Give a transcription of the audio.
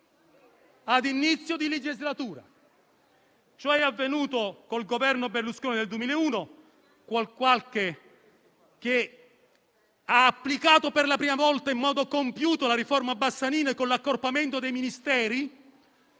ad inizio legislatura. Ciò è avvenuto con il Governo Berlusconi del 2001, che ha applicato, per la prima volta in modo compiuto, la riforma Bassanini con l'accorpamento dei Ministeri